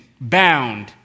bound